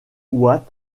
watt